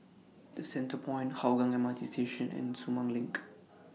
The Centrepoint Hougang M R T Station and Sumang LINK